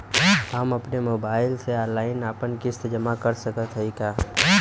हम अपने मोबाइल से ऑनलाइन आपन किस्त जमा कर सकत हई का?